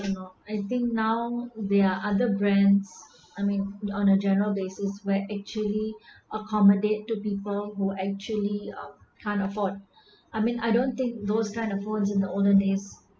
you know I think now there are other brands I mean on a general basis where actually accommodate to people who actually uh can't afford I mean I don't think those kind of phones in the order this